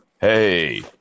Hey